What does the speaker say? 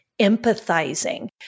empathizing